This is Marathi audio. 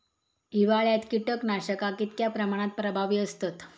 हिवाळ्यात कीटकनाशका कीतक्या प्रमाणात प्रभावी असतत?